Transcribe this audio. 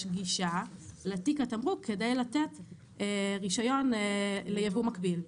גישה לתיק התמרוק כדי לתת רישיון לייבוא מקביל.